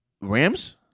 Rams